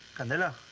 candela